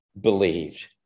believed